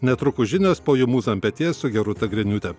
netrukus žinios po jų mūza ant peties su gerūta griniūte